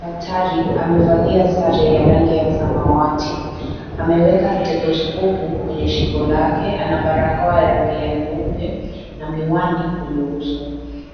Daktari amevalia sare ya rangi ya samawati. Ameweka stetoskopu kwenye shingo lake, ana barakoa ya rangi ya nyeupe na miwani kwenye uso.